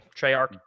Treyarch